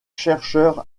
chercheur